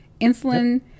insulin